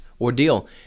ordeal